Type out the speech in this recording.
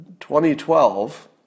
2012